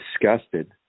disgusted